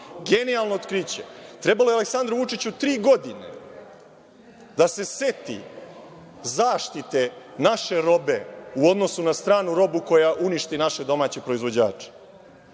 Genijalno otkriće. Trebalo je Aleksandru Vučiću tri godine da se seti zaštite naše robe u odnosu na stranu robu koja uništi naše domaće proizvođače. Recite